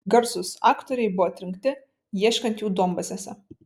garsūs aktoriai buvo atrinkti ieškant jų duombazėse